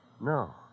No